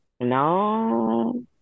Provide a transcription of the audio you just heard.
No